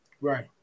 Right